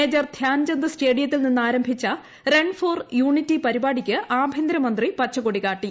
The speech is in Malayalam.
മേജർ ധ്യാൻചന്ദ് സ്റ്റേഡിയ്ത്തിൽ നിന്നാരംഭിച്ച റൺ ഫോർ യൂണിറ്റി പരിപാടിയ്ക്ക് ആഭ്യന്തരമന്ത്രി പച്ചക്കൊടി കാട്ടി